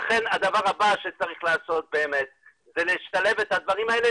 לכן הדבר הבא שצריך לעשות באמת זה לשלב את הדברים האלה,